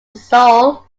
soul